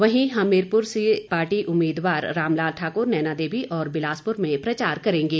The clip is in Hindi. वहीं हमीरपुर से पार्टी उम्मीदवार रामलाल ठाकुर नैनादेवी और बिलासपुर में प्रचार करेंगे